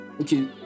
Okay